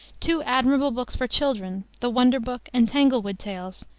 two admirable books for children, the wonder book and tanglewood tales,